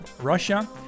Russia